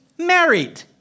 Married